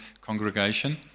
congregation